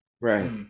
right